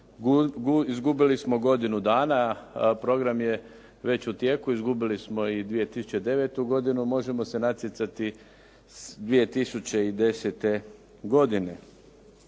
izgubili smo godinu dana, a program je već u tijeku. Izgubili smo i 2009. godinu. Možemo se natjecati 2010. godine.